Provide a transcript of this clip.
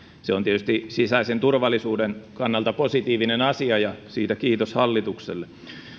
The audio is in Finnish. se on tietysti sisäisen turvallisuuden kannalta positiivinen asia ja siitä kiitos hallitukselle